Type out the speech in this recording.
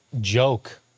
joke